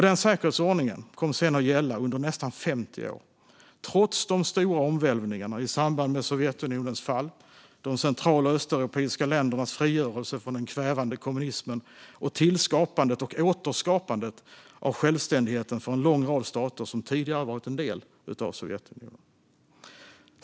Denna säkerhetsordning kom sedan att gälla under nästan 50 år, trots de stora omvälvningarna i samband med Sovjetunionens fall, de central och östeuropeiska ländernas frigörelse från den kvävande kommunismen och tillskapandet och återskapandet av självständigheten för en lång rad stater som tidigare varit en del av Sovjetunionen.